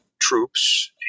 troops